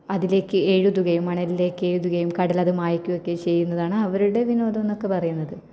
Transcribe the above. അതിലേയ്ക്ക് എഴുതുകയും മണലിലേക്കെഴുതുകയും കടലത് മായ്ക്കുകകയൊക്കെ ചെയ്യുന്നതാണ് അവരുടെ വിനോദമെന്നൊക്കെ പറയുന്നത്